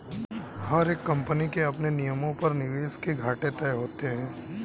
हर एक कम्पनी के अपने नियमों पर निवेश के घाटे तय होते हैं